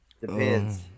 Depends